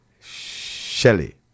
Shelley